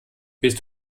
willst